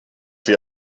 wie